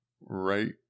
right